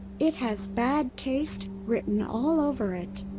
it has bad taste written all over it.